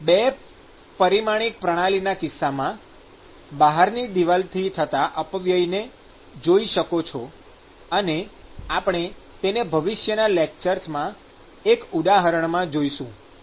બે પરિમાણિક પ્રણાલીના કિસ્સામાં બહારની દિવાલોથી થતાં અપવ્યયને જોઈ શકો છો અને આપણે તેને ભવિષ્યના લેક્ચર્સમાંના એક ઉદાહરણમાં જોઇશું પણ